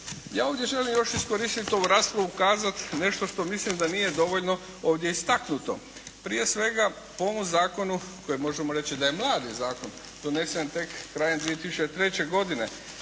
Ja ovdje želim još iskoristiti ovu raspravu, ukazati na nešto što mislim da nije dovoljno ovdje istaknuto. Prije svega po ovom zakonu koji možemo reći da je mladi zakon, donesen tek krajem 2003. godine,